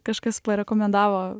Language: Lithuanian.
kažkas parekomendavo